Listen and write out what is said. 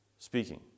Speaking